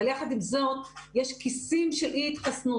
אבל יחד עם זאת, יש כיסים של אי התחסנות.